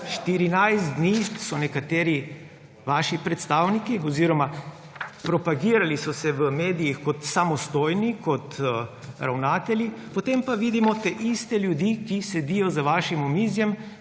14 dni so nekateri vaši predstavniki, oziroma propagirali so se v medijih kot samostojni, kot ravnatelji, potem pa vidimo te iste ljudi, ki sedijo za vašim omizjem,